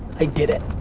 i did it.